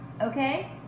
Okay